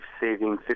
saving